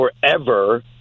forever